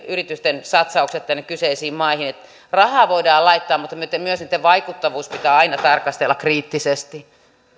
yritysten satsaukset tänne kyseisiin maihin rahaa voidaan laittaa mutta myös vaikuttavuutta pitää aina tarkastella kriittisesti vielä edustaja hakkarainen